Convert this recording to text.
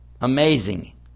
Amazing